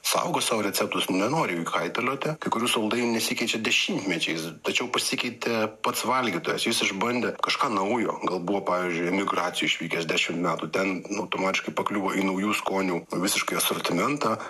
saugo savo receptus nenori jų kaitalioti kai kurių saldainių nesikeičia dešimtmečiais tačiau pasikeitė pats valgytojas jis išbandė kažką naujo gal buvo pavyzdžiui emigracijoj išvykęs dešimt metų ten automatiškai pakliuvo į naujų skonių visiškai asortimentą